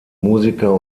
musiker